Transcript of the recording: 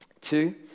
Two